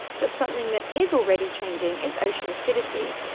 but something that is already changing is ocean acidity.